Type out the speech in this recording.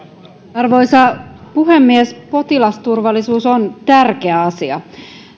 arvoisa puhemies potilasturvallisuus on tärkeä asia